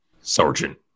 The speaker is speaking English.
Sergeant